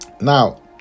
Now